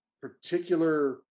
particular